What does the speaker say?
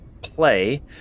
play